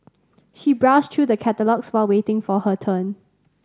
she browsed through the catalogues while waiting for her turn